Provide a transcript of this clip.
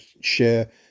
share